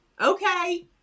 Okay